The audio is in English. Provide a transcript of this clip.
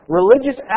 Religious